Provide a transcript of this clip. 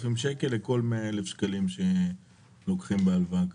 לכל 100,000 שקלים שלוקחים בהלוואה כזאת,